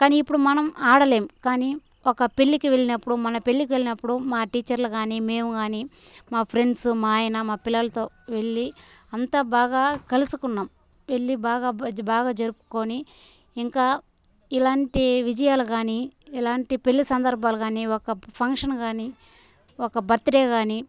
కానీ ఇప్పుడు మనం ఆడలేము కానీ ఒక పెళ్ళికి వెళ్నప్పుడు మన పెళ్ళికి వెళ్నప్పుడు మా టీచర్లు గానీ మేము గానీ మా ఫ్రెండ్సు మా ఆయన మా పిల్లలతో వెళ్ళి అంతా బాగా కలుసుకున్నాం వెళ్ళి బాగా జరుపుకొని ఇంకా ఇలాంటి విజయాలు గానీ ఇలాంటి పెళ్ళి సందర్భాలు గానీ ఒక ఫంక్షన్ గానీ ఒక బర్త్ డే గానీ